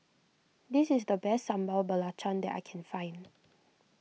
this is the best Sambal Belacan that I can find